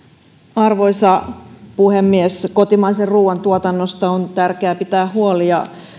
arvoisa puhemies kotimaisen ruuan tuotannosta on tärkeää pitää huoli ja